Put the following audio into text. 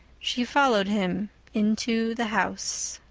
she followed him into the house.